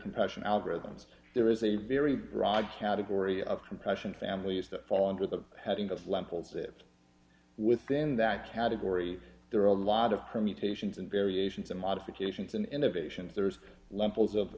compression algorithms there is a very broad category of compression families that fall under the heading of lentils it within that category there are a lot of permutations and variations of modifications and innovations there's levels of